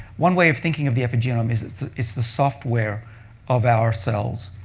one way of thinking of the epigenome is it's the it's the software of our cells,